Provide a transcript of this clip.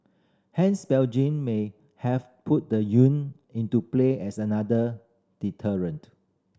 hence Beijing may have put the yuan into play as another deterrent